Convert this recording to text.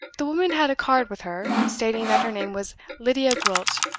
the woman had a card with her, stating that her name was lydia gwilt,